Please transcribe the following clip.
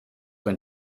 when